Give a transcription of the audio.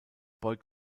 beugt